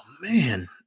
man